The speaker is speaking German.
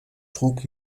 trug